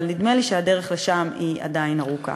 אבל נדמה לי שהדרך לשם עדיין ארוכה.